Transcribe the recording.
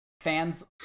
fans